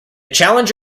challenge